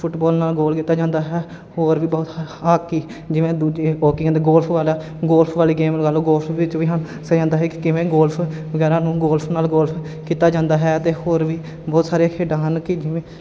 football ਨਾਲ goal ਕੀਤਾ ਜਾਂਦਾ ਹੈ ਹੋਰ ਵੀ ਬਹੁਤ ਹਾ ਹਾਕੀ ਜਿਵੇਂ ਦੂਜੇ ਹੋਕੀਆਂ ਦੇ ਗੋਲਫ ਵਾਲਾ ਗੋਲਫ ਵਾਲੀ ਗੇਮ ਲਗਾ ਲਓ ਗੋਲਫ ਵਿੱਚ ਵੀ ਸਾਨੂੰ ਦੱਸਿਆ ਜਾਂਦਾ ਹੈ ਕਿ ਕਿਵੇਂ ਗੋਲਫ ਵਗੈਰਾ ਨੂੰ ਗੋਲਫ ਨਾਲ ਗੋਲ ਕੀਤਾ ਜਾਂਦਾ ਹੈ ਅਤੇ ਹੋਰ ਵੀ ਬਹੁਤ ਸਾਰੀਆਂ ਖੇਡਾਂ ਹਨ ਕਿ ਜਿਵੇਂ